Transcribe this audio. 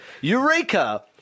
Eureka